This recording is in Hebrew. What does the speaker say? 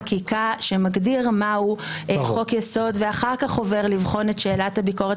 חקיקה שמגדיר מהו חוק יסוד ואחר כך עובר לבחון את שאלת הביקורת